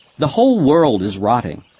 the whole world is rotting.